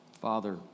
Father